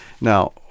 now